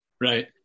Right